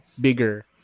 bigger